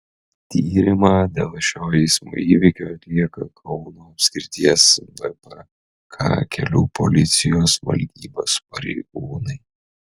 tyrimą dėl šio eismo įvykio atlieka kauno apskrities vpk kelių policijos valdybos pareigūnai